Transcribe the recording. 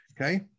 Okay